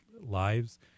lives